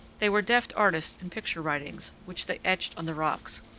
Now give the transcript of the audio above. they were deft artists in picture-writings, which they etched on the rocks.